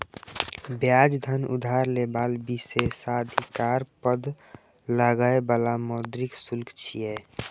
ब्याज धन उधार लेबाक विशेषाधिकार पर लागै बला मौद्रिक शुल्क छियै